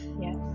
yes